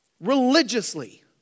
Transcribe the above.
religiously